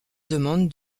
demandes